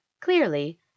clearly